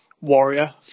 Warrior